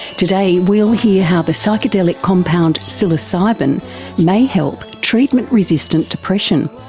today we'll hear how the psychedelic compound psilocybin may help treatment resistant depression.